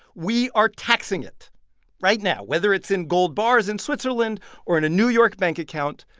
we are taxing it right now. whether it's in gold bars in switzerland or in a new york bank account,